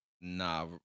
Nah